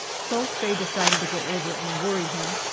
so faye decided to go over and worry him,